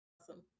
Awesome